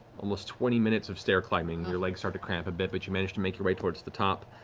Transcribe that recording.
almost twenty minutes of stair climbing, your legs start to cramp a bit, but you manage to make your way towards the top,